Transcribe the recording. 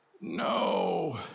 no